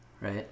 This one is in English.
right